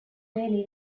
really